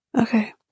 Okay